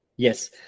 Yes